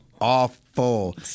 awful